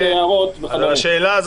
פקיד היערות וכדומה,